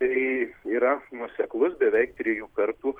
tai yra nuoseklus beveik trijų kartų